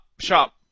shop